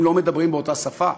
הם לא מדברים באותה שפה.